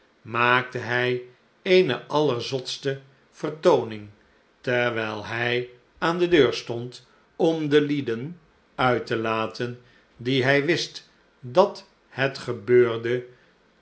maakte hij eene allerzotste vertooning terwijl hij aan de deur stond om de lieden uit te laten die hij wist dat het gebeurde